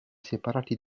separati